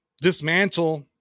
dismantle